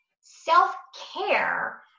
Self-care